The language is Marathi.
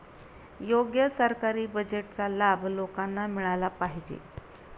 योग्य सरकारी बजेटचा लाभ लोकांना मिळाला पाहिजे